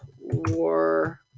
War